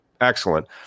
excellent